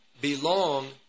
belong